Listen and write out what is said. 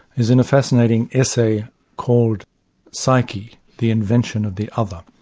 is in a fascinating essay called psyche, the invention of the other',